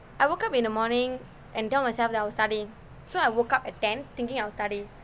I woke up in the morning and tell myself that I will study so I woke up at ten thinking I will study